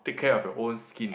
take care of your own skin